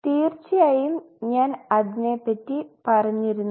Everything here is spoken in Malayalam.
തീർച്ചയായും ഞാൻ അതിനെപ്പറ്റി പറഞ്ഞിരുന്നു